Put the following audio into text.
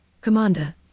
Commander